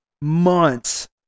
months